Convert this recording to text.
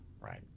right